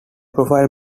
profile